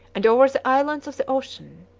and over the islands of the ocean.